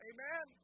Amen